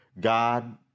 God